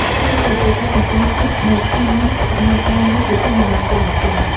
ហាក់ដូចជាពួកគាត់កំពុងស្ថិតនៅក្នុងសម័យកាលនោះជាថ្មីម្តងទៀតអញ្ចឹង។